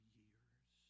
years